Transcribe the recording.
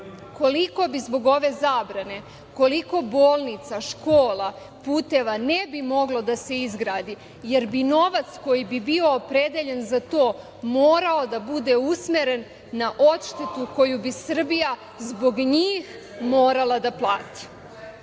koliko bi zbog ove zabrane, koliko bolnica, škola, puteva, ne bi moglo da se izgradi, jer bi novac koji bi bio opredeljen za to morao da bude usmeren na odštetu koju bi Srbija zbog njih morala da plati. Koliko